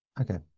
Okay